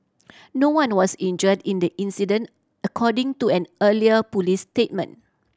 no one was injured in the incident according to an earlier police statement